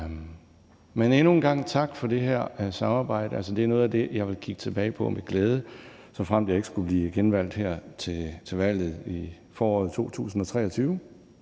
Men endnu en gang tak for det her samarbejde. Det er noget af det, jeg vil kigge tilbage på med glæde, såfremt jeg ikke skulle blive genvalgt her til valget i foråret 2023,